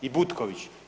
I Butković.